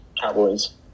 Cowboys